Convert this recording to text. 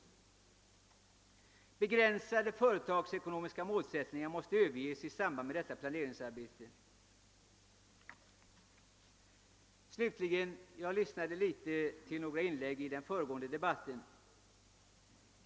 d) Begränsade företagsekonomiska målsättningar måste överges i samband med detta planeringsarbete. Jag lyssnade med intresse till inläggen i debatten på förmiddagen.